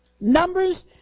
Numbers